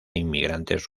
inmigrantes